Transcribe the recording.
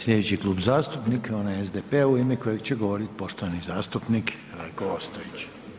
Slijedeći Klub zastupnika je onaj SDP-a u ime kojeg će govorit poštovani zastupnik Rajko Ostojić.